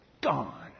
gone